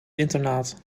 internaat